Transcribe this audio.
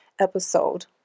episode